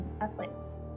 athletes